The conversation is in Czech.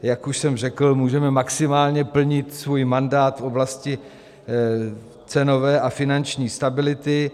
Jak už jsem řekl, můžeme maximálně plnit svůj mandát v oblasti cenové a finanční stability.